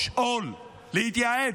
לשאול, להתייעץ.